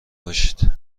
باشید